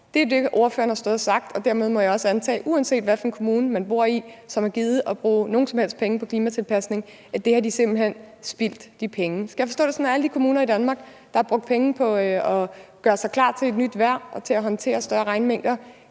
Det er det, ordføreren har stået og sagt, og dermed må jeg også antage, uanset hvad for en kommune man bor i, som har gidet at bruge nogen som helst penge på klimatilpasning, at de penge har de simpelt hen spildt. Skal jeg forstå det sådan, at alle de kommuner i Danmark, der har brugt penge på at gøre sig klar til et nyt vejr og til at håndtere større regnmængder,